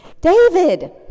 David